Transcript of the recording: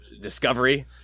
Discovery